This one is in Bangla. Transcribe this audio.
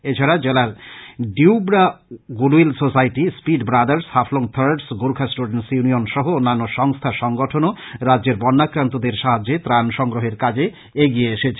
এছাড়া জেলার ডিউৎব্রা goodwill society speed brothers Haflong thunders Gorkha students union সহ অন্যান্য সংস্থা সংগঠনও রাজ্যের বন্যাক্রান্তদের সাহায্যে ত্রান সংগ্রহের কাজে এগিয়ে এসেছে